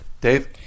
Dave